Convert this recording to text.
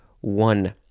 One